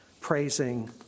praising